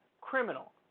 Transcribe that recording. criminal